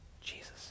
Jesus